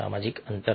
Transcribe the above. સામાજિક રીતે અંતર